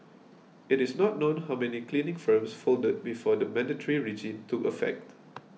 it is not known how many cleaning firms folded before the mandatory regime took effect